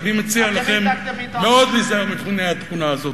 ואני מציע לכם מאוד להיזהר מהתכונה הזאת.